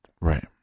Right